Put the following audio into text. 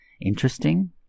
interesting